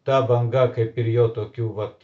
ta banga kaip ir jau tokių vat